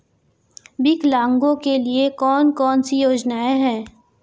विकलांगों के लिए कौन कौनसी योजना है?